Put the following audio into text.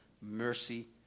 mercy